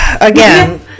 again